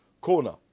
corner